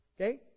okay